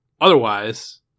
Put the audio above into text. Otherwise